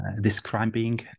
describing